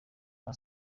nta